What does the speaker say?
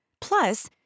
Plus